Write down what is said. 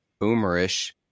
boomerish